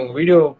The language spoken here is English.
video